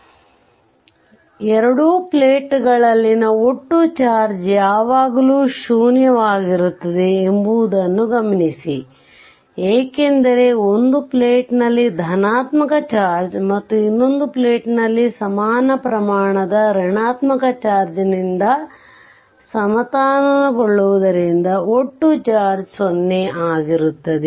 ಆದ್ದರಿಂದ ಎರಡೂ ಪ್ಲೇಟ್ಗಳಲ್ಲಿನ ಒಟ್ಟು ಚಾರ್ಜ್ ಯಾವಾಗಲೂ ಶೂನ್ಯವಾಗಿರುತ್ತದೆ ಎಂಬುದನ್ನು ಗಮನಿಸಿ ಏಕೆಂದರೆ ಒಂದು ಪ್ಲೇಟ್ನಲ್ಲಿನ ಧನಾತ್ಮಕ ಚಾರ್ಜ್ ಮತ್ತು ಇನ್ನೊಂದು ಪ್ಲೇಟ್ನಲ್ಲಿ ಸಮಾನ ಪ್ರಮಾಣದ ಋಣಾತ್ಮಕ ಚಾರ್ಜ್ನಿಂದ ಸಮತೋಲನಗೊಳ್ಳುವುದರಿಂದ ಒಟ್ಟು ಚಾರ್ಜ್ 0 ಆಗಿರುತ್ತದೆ